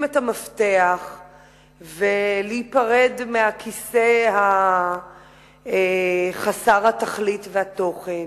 את המפתח ולהיפרד מהכיסא חסר התכלית והתוכן,